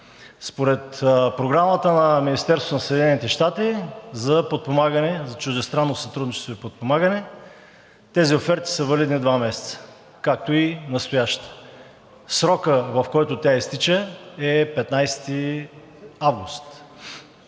Според Програмата на Министерството на Съединените щати за чуждестранно сътрудничество и подпомагане тези оферти са валидни два месеца, както и настоящата. Срокът, в който тя изтича, е 15 август.